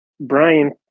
Brian